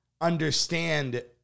understand